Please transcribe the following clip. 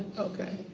okay.